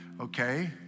Okay